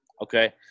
Okay